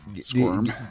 Squirm